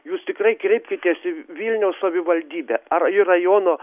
jūs tikrai kreipkitės į vilniaus savivaldybę ar į rajono